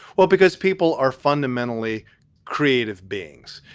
well, because people are fundamentally creative beings.